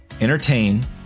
entertain